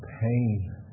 pain